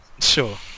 Sure